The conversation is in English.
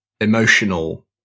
emotional